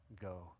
go